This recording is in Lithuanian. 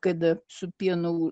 kada su pienu